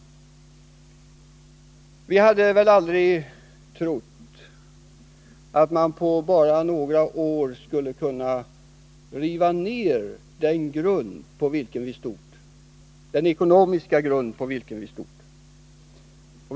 Vi hade väl aldrig trott att man på bara några år skulle kunna riva ned den ekonomiska grund på vilken vi stod.